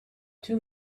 two